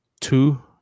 two